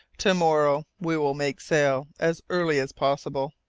to morrow we will make sail as early as possible.